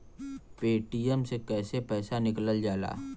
Paytm से कैसे पैसा निकलल जाला?